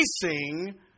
facing